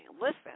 Listen